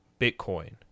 Bitcoin